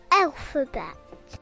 alphabet